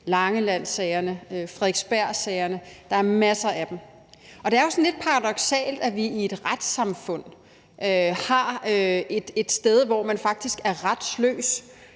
Langeland, det er fra Frederiksberg, og der er masser af dem. Og det er jo sådan lidt paradoksalt, at vi i et retssamfund har et sted, hvor man faktisk er retsløs,